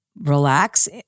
relax